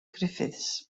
griffiths